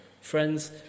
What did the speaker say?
friends